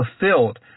fulfilled